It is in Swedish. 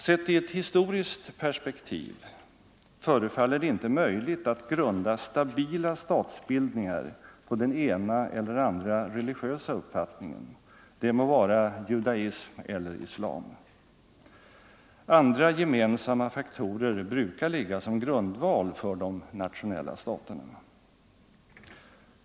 Sett i ett historiskt perspektiv förefaller det icke möjligt att grunda stabila statsbildningar på den ena eller andra religiösa uppfattningen, det må vara judaism eller islam. Andra gemensamma faktorer brukar ligga som grundval för de nationella staterna.